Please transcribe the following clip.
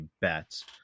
bets